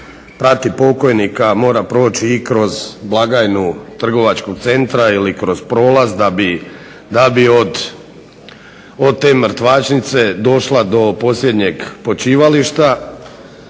prati pokojnika mora proći i kroz blagajnu trgovačkog centra ili kroz prolaz da bi od te mrtvačnice došla do posljednjeg počivališta.